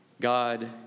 God